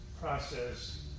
process